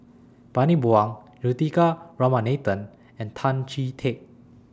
Bani Buang Juthika Ramanathan and Tan Chee Teck